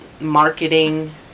marketing